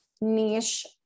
niche